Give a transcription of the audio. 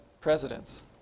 presidents